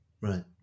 Right